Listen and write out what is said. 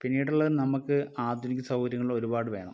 പിന്നീടുള്ളത് നമുക്ക് ആധുനിക സൗകര്യങ്ങൾ ഒരുപാട് വേണം